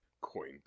Coin